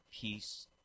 Peace